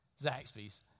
Zaxby's